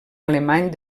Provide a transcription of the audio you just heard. alemany